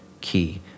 key